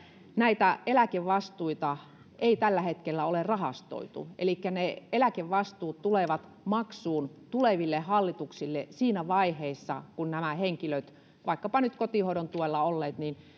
näitä eläkevastuita ei tällä hetkellä ole rahastoitu elikkä ne eläkevastuut tulevat maksuun tuleville hallituksille siinä vaiheessa kun nämä henkilöt vaikkapa nyt kotihoidon tuella olleet